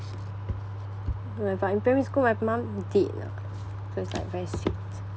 but in primary school my mum did lah so it's like very sweet